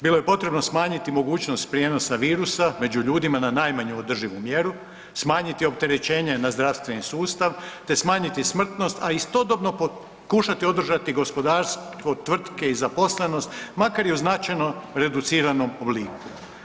Bilo je potrebno smanjiti mogućnost prijenosa virusa među ljudima na najmanju održivu mjeru, smanjiti opterećenje na zdravstveni sustav te smanjiti smrtnost, a istodobno pokušati održati gospodarstvo, tvrtke i zaposlenost, makar i u značajno reduciranom obliku.